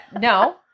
no